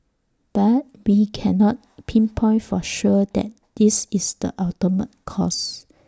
but we cannot pinpoint for sure that that is the ultimate cause